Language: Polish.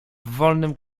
wolnym